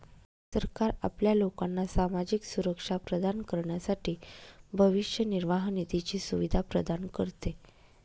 सरकार आपल्या लोकांना सामाजिक सुरक्षा प्रदान करण्यासाठी भविष्य निर्वाह निधीची सुविधा प्रदान करते